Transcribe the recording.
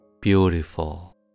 beautiful